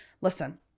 listen